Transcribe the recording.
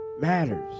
matters